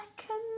second